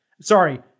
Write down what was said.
Sorry